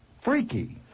Freaky